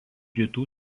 rytų